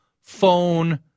phone